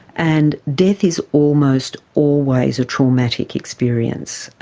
and death is almost always a traumatic experience, ah